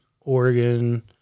Oregon